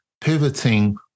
pivoting